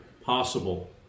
possible